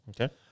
Okay